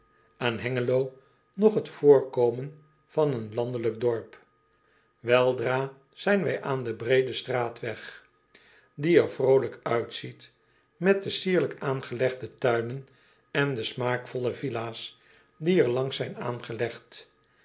aan engelo nog het voorkomen van een landelijk dorp eldra zijn wij aan den breed en straatweg die er vrolijk uitziet met de sierlijk aangelegde tuinen en de smaakvolle villa s die er langs zijn aangelegd